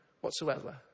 whatsoever